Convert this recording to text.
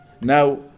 Now